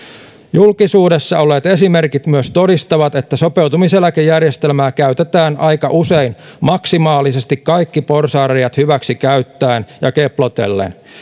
julkisuudessa olleet esimerkit myös todistavat että sopeutumiseläkejärjestelmää käytetään aika usein maksimaalisesti kaikki porsaanreiät hyväksikäyttäen ja keplotellen